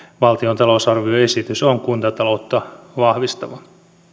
valtion talousarvioesitys on kuntataloutta vahvistava